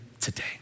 today